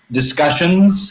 discussions